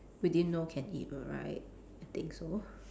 we didn't know can eat [one] right I think so